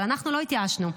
אבל אנחנו לא התייאשנו.